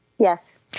Yes